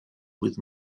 with